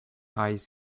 ice